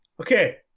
Okay